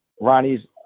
ronnie's